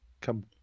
come